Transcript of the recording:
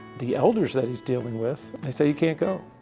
the elders that he's dealing with, they say you can't go.